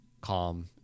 calm